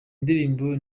ndirimbo